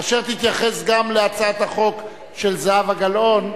אשר תתייחס גם להצעת החוק של זהבה גלאון.